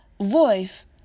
voice